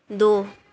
ਦੋ